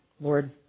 Lord